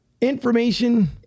information